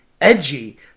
edgy